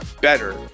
better